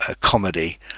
comedy